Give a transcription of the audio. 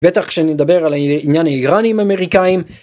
בטח כשנדבר על העניין האיראני עם אמריקאים.